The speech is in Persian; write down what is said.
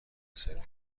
ثروت